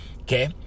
okay